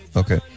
okay